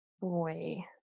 Boy